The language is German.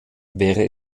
wäre